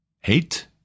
hate